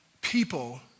people